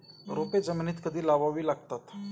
रोपे जमिनीत कधी लावावी लागतात?